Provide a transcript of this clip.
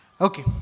Okay